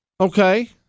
Okay